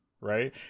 right